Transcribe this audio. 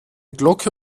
glocke